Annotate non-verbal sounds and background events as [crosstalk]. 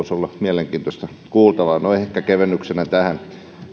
[unintelligible] se voisi olla mielenkiintoista kuultavaa no ehkä kevennyksenä tähän